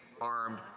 armed